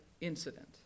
incident